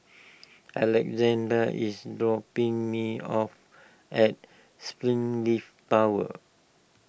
Alexandr is dropping me off at Springleaf Tower